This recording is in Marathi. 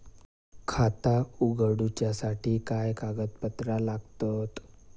खाता उगडूच्यासाठी काय कागदपत्रा लागतत?